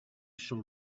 shall